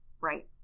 right